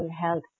health